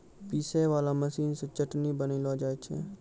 पीसै वाला मशीन से चटनी बनैलो जाय छै